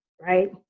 Right